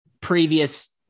previous